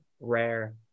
rare